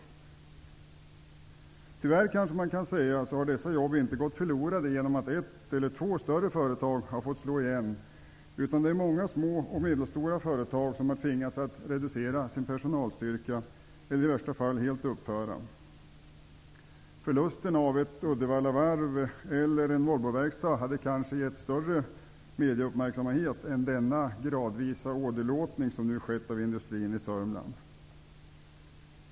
Tyvärr, kanske man kan säga, har dessa jobb inte gått förlorade genom att ett eller två större företag har fått slå igen, utan det är många små och medelstora företag som har tvingats att reducera sin personalstyrka eller i värsta fall att helt upphöra. Förlusten av ett Uddevallavarv eller en Volvoverkstad hade kanske gett större mediauppmärksamhet än denna gradvisa åderlåtning som nu skett av industrin i Sörmland.